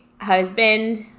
husband